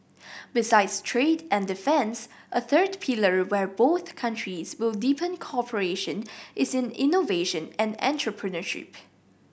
besides trade and defence a third pillar where both countries will deepen cooperation is in innovation and entrepreneurship